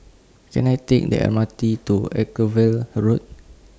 Can I Take The M R T to Road